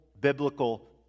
biblical